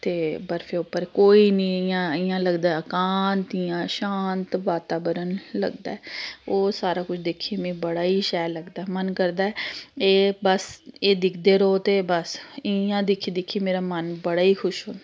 ते बर्फे उप्पर कोई निं कोई इ'यां इ'यां लगदा ऐ एकांत इ'यां शांत बाताबरन लगदा ऐ ओह् सारा कुछ दिक्खियै मी बड़ा गै शैल लगदा ऐ मन करदा ऐ एह् बस एह् दिखदे र'वौ ते बस इ'यां दिक्खी दिक्खी मेरा मन बड़ा गै खुश होंदा ऐ